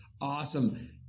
awesome